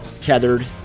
Tethered